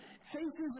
faces